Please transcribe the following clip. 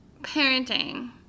parenting